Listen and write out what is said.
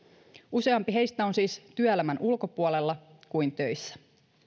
useampi heistä on siis työelämän ulkopuolella kuin töissä